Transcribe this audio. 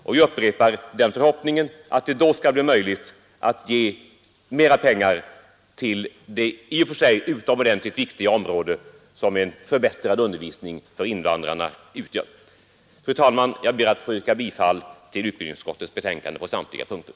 Jag upprepar förhoppningen att det då skall bli möjligt att ge mera pengar till det i och för sig utomordentligt angelägna ändamål som en förbättrad undervisning för invandrarna utgör. Fru talman! Jag ber att få yrka bifall till utbildningsutskottets hemställan på samtliga punkter.